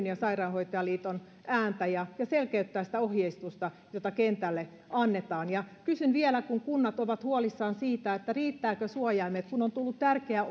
ja sairaanhoitajaliiton ääntä ja selkeyttää sitä ohjeistusta jota kentälle annetaan ja kysyn vielä kun kunnat ovat huolissaan siitä riittävätkö suojaimet kun on tullut tärkeä